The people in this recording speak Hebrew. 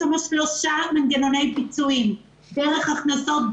יש שם שלושה מנגנוני פיצויים: דרך הכנסות,